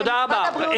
תודה רבה.